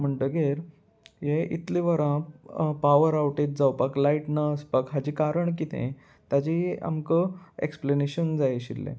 म्हणटगीर हे इतलीं वरां पावर आवटेज जावपाक लायट ना आसपाक हाचीं कारण कितें ताजी आमकां एक्सप्लेनेशन जाय आशिल्लें